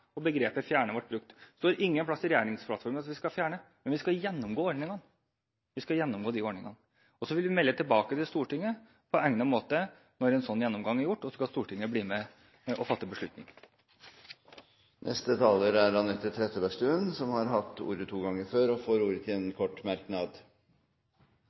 begrepet «fjerne» – det står ikke noe sted i regjeringsplattformen at vi skal fjerne, men vi skal gjennomgå ordningene. Så vil vi melde tilbake til Stortinget på egnet måte når en sånn gjennomgang er gjort, og så skal Stortinget bli med og fatte beslutninger. Representanten Anette Trettebergstuen har hatt ordet to ganger og får ordet til en